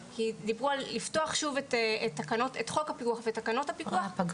דיברו על לפתוח שוב את חוק הפיקוח ואת תקנות הפיקוח,